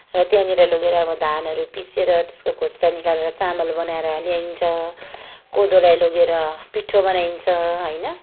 र त्यहाँनिर लगेर अब धानहरू पिसेर त्यसको खोस्टा निकालेर चामल बनाएर ल्याइन्छ कोदोलाई लगेर पिठो बनाइन्छ होइन